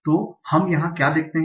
तो हम यहाँ क्या देखते हैं